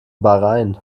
bahrain